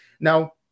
Now